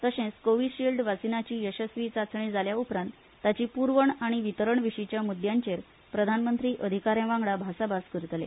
तशेंच कोविशिल्ड वासिनाची येसस्वी चांचणी जाले उपरांत ताची प्रवण आनी वितरण विशींच्या मुद्यांचेर प्रधानमंत्री अधिकाऱ्या वांगडा भासाभास करतले